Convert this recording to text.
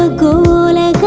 ah guna.